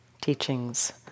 teachings